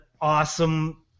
awesome